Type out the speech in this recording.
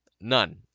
None